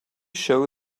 show